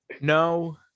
No